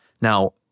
Now